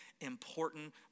important